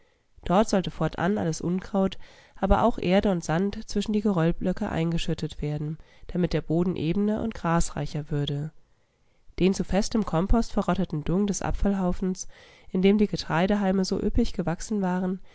dort sollte fortan alles unkraut aber auch erde und sand zwischen die geröllblöcke eingeschüttet werden damit der boden ebener und grasreicher würde den zu festem kompost verrotteten dung des abfallhaufens in dem die getreidehalme so üppig gewachsen waren